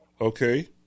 Okay